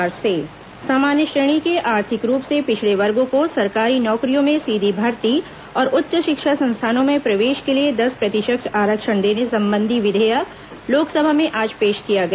केंद्रीय मंत्रिमंडल आरक्षण सामान्य श्रेणी के आर्थिक रूप से पिछड़े वर्गों को सरकारी नौकरियों में सीधी भर्ती और उच्च शिक्षा संस्थानों में प्रवेश के लिए दस प्रतिशत आरक्षण देने संबंधी विधेयक लोकसभा में आज पेश किया गया